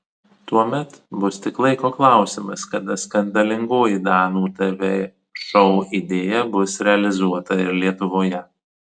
tuomet bus tik laiko klausimas kada skandalingoji danų tv šou idėja bus realizuota ir lietuvoje